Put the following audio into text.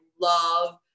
love